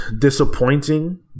disappointing